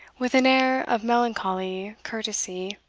with an air of melancholy courtesy,